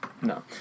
No